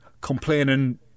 complaining